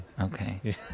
Okay